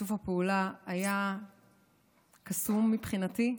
שיתוף הפעולה היה קסום מבחינתי.